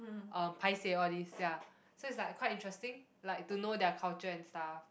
uh paiseh all these ya so it's like quite interesting like to know their culture and stuff